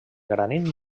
granit